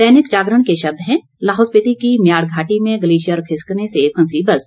दैनिक जागरण के शब्द हैं लाहौल स्पीति की म्याड़ घाटी में ग्लेशियर खिसकने से फंसी बस